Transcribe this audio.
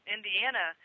Indiana